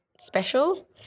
special